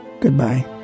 Goodbye